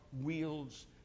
wields